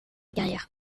carrière